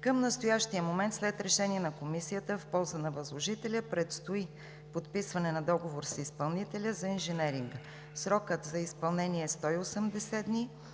Към настоящия момент след решение на Комисията в полза на възложителя предстои подписване на договор с изпълнителя за инженеринга. Срокът за проектиране е 180 дни,